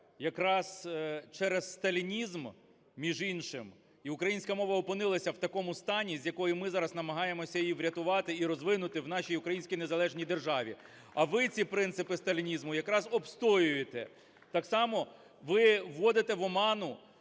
Якраз через сталінізм, між іншим, і українська мова опинилася в такому стані, з якого ми зараз намагаємося її врятувати і розвинути в нашій українській незалежній державі. А ви ці принципи сталінізму якраз обстоюєте. Так само ви вводите в оману